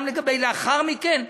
גם לגבי לאחר מכן,